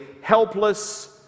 helpless